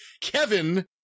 Kevin